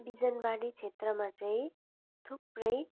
बिजनबारी क्षेत्रमा चाहिँ थुप्रै